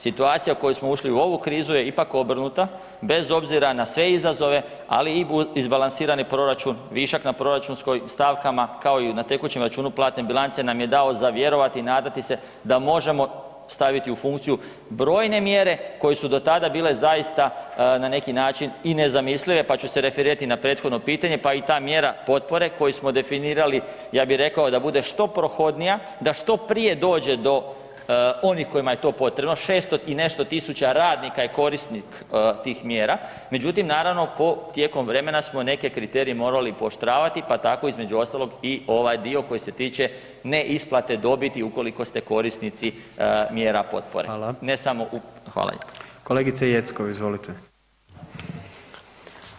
Situacija u koju smo ušli u ovu krizu je ipak obrnuta, bez obzira na sve izazove, ali i izbalansirani proračun, višak na proračunskoj stavkama, kako i na tekućem računu platne bilance nam je dao za vjerovati i nadati se da možemo staviti u funkciju brojne mjere koje su do tada bile zaista na neki način i nezamislive, pa ću se referirati na prethodno pitanje, pa i ta mjera potpore koju smo definirali, ja bih rekao da bude što prohodnija, da što prije dođe do onih kojima je to potrebno, 600 i nešto tisuća radnika je korisnik tih mjera, međutim, naravno, tijekom vremena smo neke kriterije morali pooštravati, pa tako, između ostalog i ovaj dio koji je tiče neisplate dobiti ukoliko ste korisnici mjera potpore [[Upadica: Hvala.]] ne samo u…